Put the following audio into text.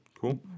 cool